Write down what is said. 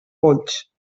polls